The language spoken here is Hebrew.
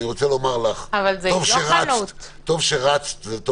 אני רוצה לומר לך, טוב שרצת, אבל